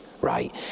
right